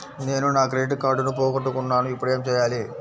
నేను నా క్రెడిట్ కార్డును పోగొట్టుకున్నాను ఇపుడు ఏం చేయాలి?